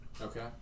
Okay